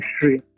history